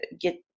get